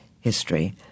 history